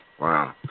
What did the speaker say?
Wow